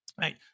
right